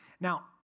Now